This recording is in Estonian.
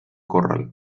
korral